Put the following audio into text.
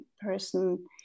person